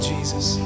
Jesus